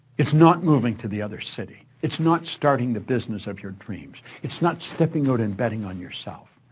it's not moving to the other city, it's not starting the business of your dreams, it's not stepping out and betting on yourself.